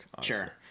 Sure